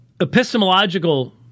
epistemological